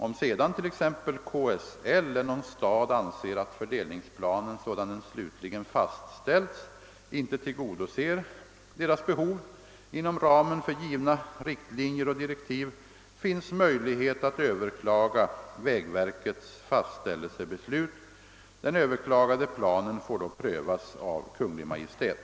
Om sedan t.ex. KSL eller någon stad anser att fördelningsplanen sådan den slutligen fastställts inte tillgodoser deras behov inom ramen för givna riktlinjer och direktiv, finns möjlighet att överklaga vägverkets fastställelsebeslut. Den överklagade planen får då prövas av Kungl. Maj:t.